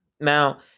Now